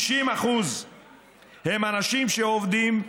60% הם אנשים שעובדים,